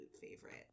favorite